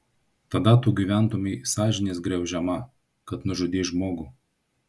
tada tu gyventumei sąžinės graužiama kad nužudei žmogų